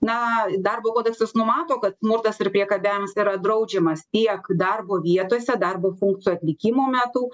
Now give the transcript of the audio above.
na darbo kodeksas numato kad smurtas ir priekabiavimas yra draudžiamas tiek darbo vietose darbo funkcijų atlikimo metu